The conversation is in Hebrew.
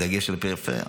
בדגש על הפריפריה.